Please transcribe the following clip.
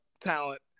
talent